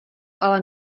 ale